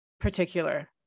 particular